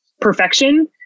perfection